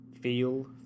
feel